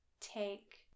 take